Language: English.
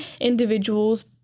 individuals